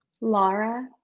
Laura